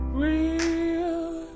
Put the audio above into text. real